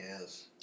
Yes